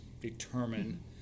determine